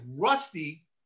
Rusty